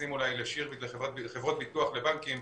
מתייחסים לשירביט, לחברות ביטוח ובנקים,